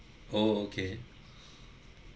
oh okay